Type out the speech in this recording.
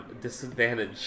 disadvantage